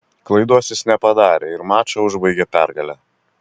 klaidos jis nepadarė ir mačą užbaigė pergale